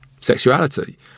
sexuality